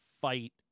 fight